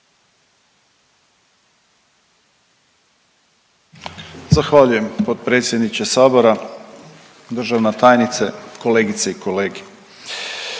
Zahvaljujem potpredsjedniče sabora. Državna tajnice, kolegice i kolege,